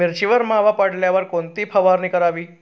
मिरचीवर मावा पडल्यावर कोणती फवारणी करावी?